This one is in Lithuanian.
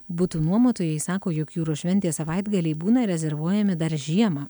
butų nuomotojai sako jog jūros šventės savaitgaliai būna rezervuojami dar žiemą